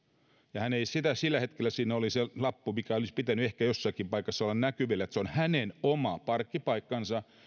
sillä hetkellä siinä ei ollut se lappu näkyvillä mikä olisi pitänyt ehkä jossakin paikassa olla näkyvillä että se on hänen oma parkkipaikkansa